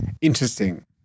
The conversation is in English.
Interesting